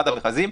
אחד המכרזים.